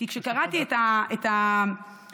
כי כשקראתי את ההצעה,